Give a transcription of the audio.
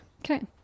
Okay